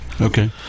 Okay